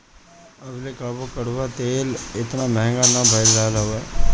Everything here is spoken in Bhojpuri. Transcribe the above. अबले कबो कड़ुआ तेल एतना महंग ना भईल रहल हअ